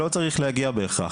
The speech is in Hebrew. לא צריך להגיע בהכרח,